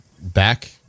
back